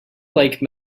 like